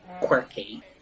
quirky